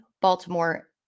Baltimore